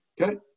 Okay